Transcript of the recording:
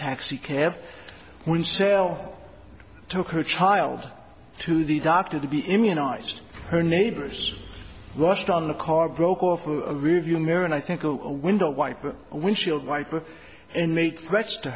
taxi cab when cell took her child to the doctor to be immunised her neighbors rushed on the car broke off with a review mirror and i think a window wiper windshield wiper and make threats to